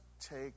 take